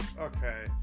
okay